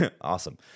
Awesome